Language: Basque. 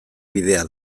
bidea